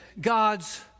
God's